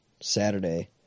Saturday